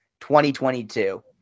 2022